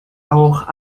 auch